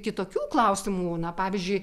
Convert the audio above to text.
kitokių klausimų na pavyzdžiui